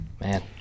Man